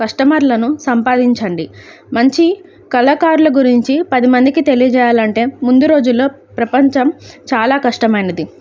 కస్టమర్లను సంపాదించండి మంచి కళాకారుల గురించి పదిమందికి తెలియజేయాలంటే ముందు రోజుల్లో ప్రపంచం చాలా కష్టమైనది